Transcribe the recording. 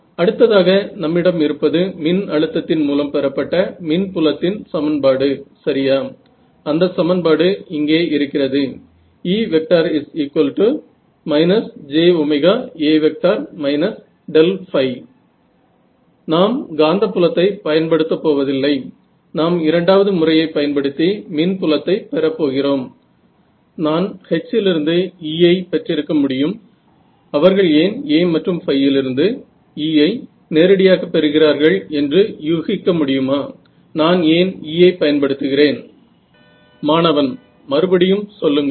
इथे लागणाऱ्या सर्व पद्धती तुम्हाला माहीत आहेत आणि जेव्हा तुम्ही सिग्नल प्रोसेसिंग करता तेव्हा त्याच्या मध्ये प्रोबबिलिटी सुद्धा येते बरोबर आहे